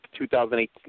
2018